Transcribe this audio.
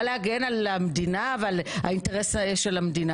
בא להגן על המדינה ועל האינטרס של המדינה,